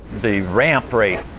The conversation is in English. the ramp rate,